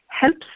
helps